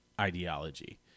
ideology